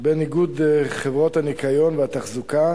בין איגוד חברות הניקיון והתחזוקה